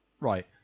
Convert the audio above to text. Right